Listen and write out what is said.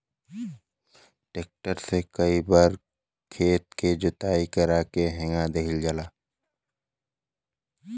tractor से कई बार खेत के जोताई करा के फिर हेंगा देवल जाला